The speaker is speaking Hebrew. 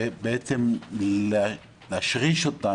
ולהשריש אותה